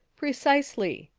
precisely,